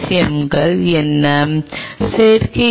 M கள் என்ன செயற்கை ஈ